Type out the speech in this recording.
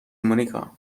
مونیکا